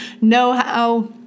know-how